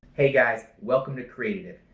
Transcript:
hey guys! welcome to creatitive,